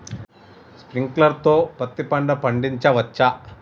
Sprinkler తో పత్తి పంట పండించవచ్చా?